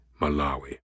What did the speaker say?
Malawi